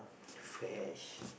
fresh